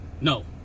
No